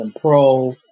Pro